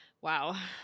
Wow